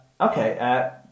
okay